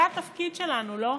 זה התפקיד שלנו, לא?